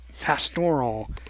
pastoral